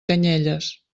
canyelles